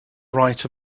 right